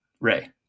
Ray